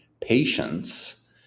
patience